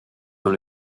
dans